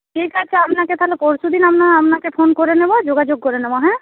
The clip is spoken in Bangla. ঠিক আছে আপনাকে তাহলে পরশুদিন আমরা আপনাকে ফোন করে নেব যোগাযোগ করে নেব হ্যাঁ